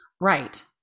Right